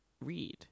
read